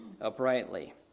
uprightly